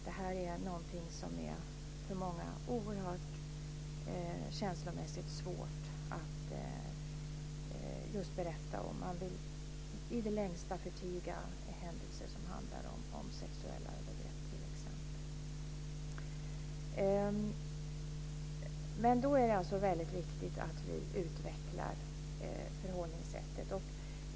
Det här är någonting som för många är oerhört känslomässigt svårt att berätta om. Man vill i det längsta förtiga händelser som handlar om sexuella övergrepp t.ex. Därför är det väldigt viktigt att vi utvecklar förhållningssättet.